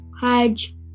hedge